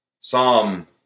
Psalm